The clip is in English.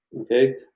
okay